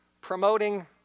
promoting